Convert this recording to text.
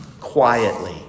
quietly